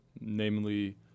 namely